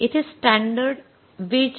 येथे standard wage rate आहे २